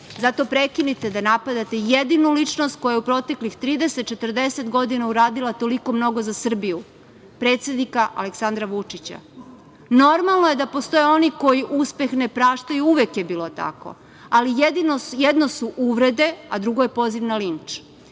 prekinite da napadate jedinu ličnost koja je u proteklih 30-40 godina uradila toliko mnogo za Srbiju, predsednika Aleksandra Vučića. Normalno je da postoje oni koji uspeh ne praštaju. Uvek je bilo tako. Ali, jedno su uvrede, a drugo je poziv na linč.